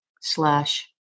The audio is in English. slash